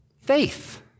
Faith